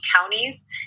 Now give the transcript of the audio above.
counties